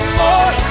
more